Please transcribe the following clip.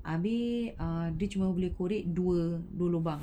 habis err dia cuma boleh korek dua dua lubang